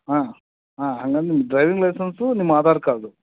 ಹಾಂ ಹಾಂ ಹಂಗಂದ್ರೆ ನಿಮ್ಮ ಡ್ರೈವಿಂಗ್ ಲೈಸನ್ಸೂ ನಿಮ್ಮ ಆಧಾರ್ ಕಾರ್ಡು